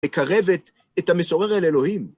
מקרב את המשורר אל אלוהים.